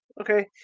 okay